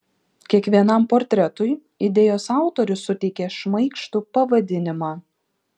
kiekvienam portretui idėjos autorius suteikė šmaikštų pavadinimą